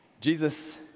Jesus